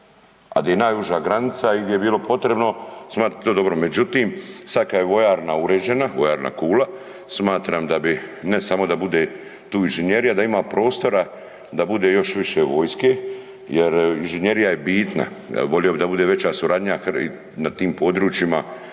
a gdje je najuža granica i gdje je bilo potrebno smatram to dobro. Međutim, sada kada je vojarna uređena, vojarna Kula smatram da bi ne samo da bude tu inženjerija da ima prostora da bude još više vojske jer inženjerija je bitna. Ja bih volio da bude veća suradnja na tim područjima